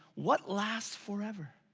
what lasts forever?